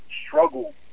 struggle